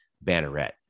Banneret